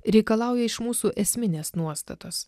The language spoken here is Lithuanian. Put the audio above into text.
reikalauja iš mūsų esminės nuostatos